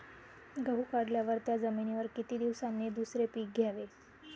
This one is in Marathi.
गहू काढल्यावर त्या जमिनीवर किती दिवसांनी दुसरे पीक घ्यावे?